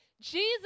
Jesus